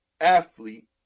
athlete